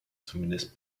zumindest